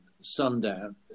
sundown